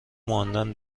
ماندن